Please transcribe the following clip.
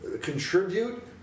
contribute